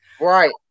Right